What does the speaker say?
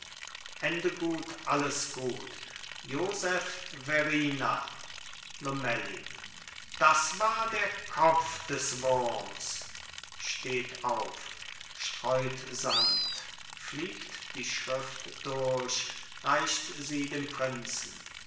ende gut alles gut joseph verrina lomellin das war der kopf des wurms steht auf streut sand fliegt die schrift durch reicht sie dem prinzen